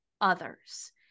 others